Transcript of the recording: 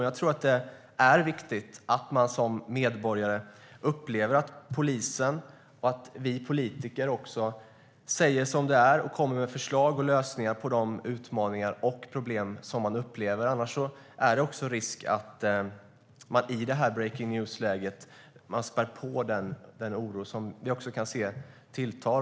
Jag tror att det är viktigt att man som medborgare upplever att polisen, och också vi politiker, säger som det är och kommer med förslag och lösningar på de utmaningar och problem som man upplever. Annars är det risk att man i det här breaking-news-läget spär på den oro som vi kan se tilltar.